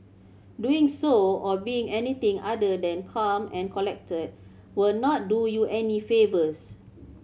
doing so or being anything other than calm and collected will not do you any favours